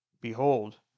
Behold